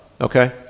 Okay